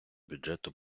бюджету